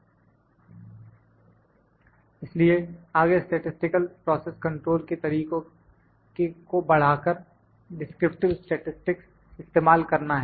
इसलिए आगे statistical process control के तरीकों को बढ़ाकर डिस्क्रिप्टिव स्टैटिसटिक्स इस्तेमाल करना है